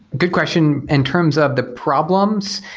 good question. in terms of the problems,